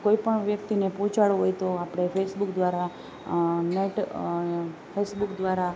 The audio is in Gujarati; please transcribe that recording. કોઈ પણ વ્યક્તિને આપણે પહોંચાડવું હોય તો ફેસબુક દ્વારા ફેસબુક દ્વારા